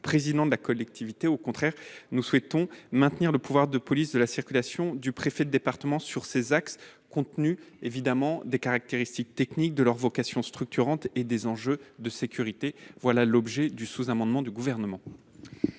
président de cette collectivité. Au contraire, nous souhaitons maintenir le pouvoir de police de la circulation du préfet de département sur ces axes, compte tenu de leurs caractéristiques techniques, de leur vocation structurante et des enjeux de sécurité. Quel est l'avis de la commission